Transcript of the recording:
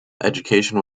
education